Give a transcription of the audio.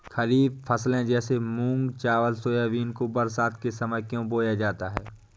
खरीफ फसले जैसे मूंग चावल सोयाबीन को बरसात के समय में क्यो बोया जाता है?